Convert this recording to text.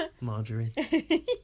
Marjorie